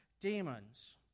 demons